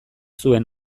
zuen